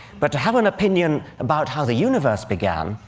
but to have an opinion about how the universe began,